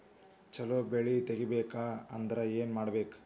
ಛಲೋ ಬೆಳಿ ತೆಗೇಬೇಕ ಅಂದ್ರ ಏನು ಮಾಡ್ಬೇಕ್?